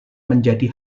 menjadi